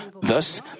Thus